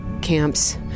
camps